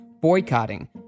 boycotting